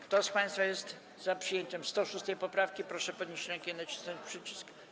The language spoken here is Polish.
Kto z państwa jest za przyjęciem 106. poprawki, proszę podnieść rękę i nacisnąć przycisk.